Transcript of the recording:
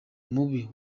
mubi